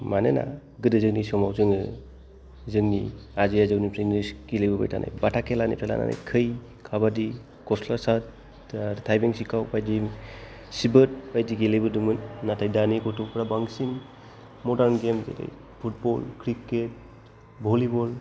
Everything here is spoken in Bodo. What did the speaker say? मानोना गोदो जोंनि समाव जोङो जोंनि आजै आजौनिफ्रायनो गेलेबोबाय थानाय बाथा खेलानिफ्राय लानानै खै काबादि गस्ला सार्ट थाइबें सिखाव बायदि सिबोद बायदि गेलेबोदोंमोन नाथाय दानि ग'थ'फ्रा बांसिन मदार्न गेम गेलेयो फुटबल क्रिकेट भलिबल